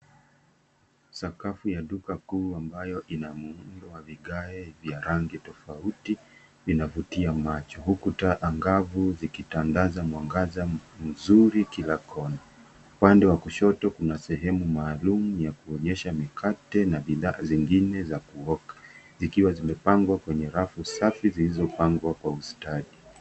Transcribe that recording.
Sakafu ya duka kuu ambayo ina muundo wa vigae vya rangi tofauti inavutia macho huku taa angavu zikitandaza mwangaza mzuri kila kona. Upande wa kushoto kuna sehemu maalum ya kuonyesha mikate na bidhaa zingine za kuoka zikiwa zimepangwa kwenye rafu safi zilizopangwa kwa ustadi.